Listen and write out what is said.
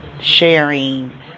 Sharing